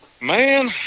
man